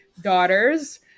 daughters